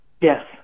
Yes